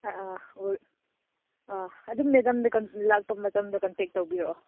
ꯑꯥ ꯑꯥ ꯑꯗꯨꯝ ꯃꯦꯗꯥꯝꯅ ꯂꯥꯛꯄ ꯃꯇꯝꯗ ꯑꯗꯨꯝ ꯀꯟꯇꯦꯛ ꯇꯧꯕꯤꯔꯛꯑꯣ